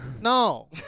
No